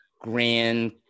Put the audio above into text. grand